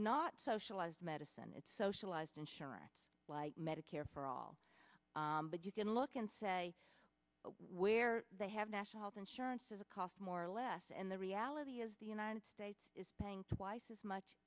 not socialized medicine it's socialized insurance like medicare for all but you can look and say where they have national health insurance as a cost more or less and the reality is the united states is paying twice as much